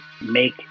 make